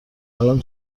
الان